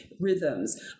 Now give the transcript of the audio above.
rhythms